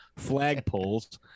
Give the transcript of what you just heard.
flagpoles